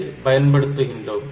3 பயன்படுத்துகிறோம்